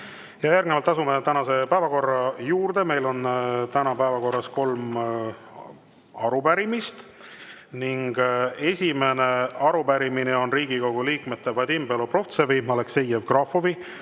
Järgnevalt asume tänase päevakorra juurde. Meil on täna päevakorras kolm arupärimist. Esimene arupärimine on Riigikogu liikmete Vadim Belobrovtsevi, Aleksei Jevgrafovi,